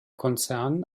konzern